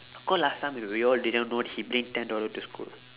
cause last time w~ we all didn't know he bring ten dollar to school